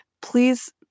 please